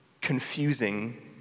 confusing